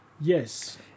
Yes